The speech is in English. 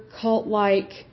cult-like